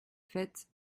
faite